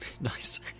Nice